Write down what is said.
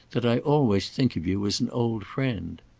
that i always think of you as an old friend.